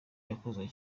yakunzwe